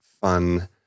fun